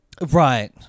Right